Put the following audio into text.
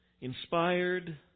inspired